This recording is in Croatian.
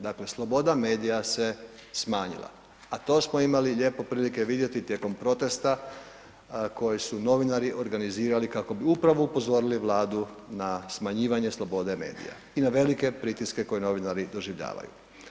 Dakle sloboda medija se smanjila, a to smo imali lijepo prilike vidjeti tijekom protesta koji su novinari organizirali kako bi upravo upozorili vladu na smanjivanje slobode medija i na velike pritiske koje novinari doživljavaju.